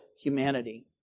humanity